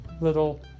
little